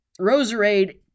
Roserade